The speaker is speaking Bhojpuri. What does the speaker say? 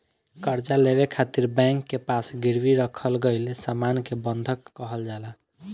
कर्जा लेवे खातिर बैंक के पास गिरवी रखल गईल सामान के बंधक कहल जाला